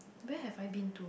where have I been to